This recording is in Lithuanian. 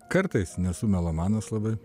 kartais nesu melomanas labai